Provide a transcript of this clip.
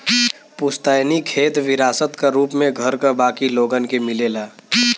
पुस्तैनी खेत विरासत क रूप में घर क बाकी लोगन के मिलेला